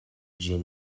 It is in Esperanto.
ĝin